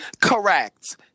correct